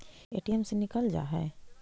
ATM से निकल जा है?